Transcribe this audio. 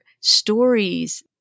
stories